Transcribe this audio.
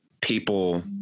people